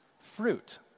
fruit